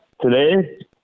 Today